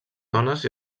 dones